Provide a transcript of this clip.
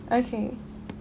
okay